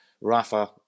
Rafa